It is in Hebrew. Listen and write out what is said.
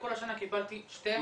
בכל השנה קיבלתי שני מיילים.